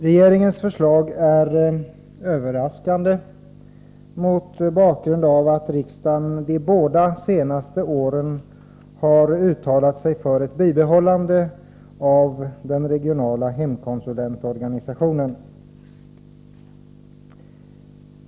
Regeringens förslag är överraskande mot bakgrund av att riksdagen de två senaste åren har uttalat sig för ett bibehållande av den regionala hemkonsulentorganisationen.